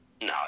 No